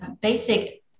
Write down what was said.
basic